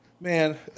Man